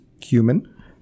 cumin